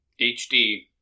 HD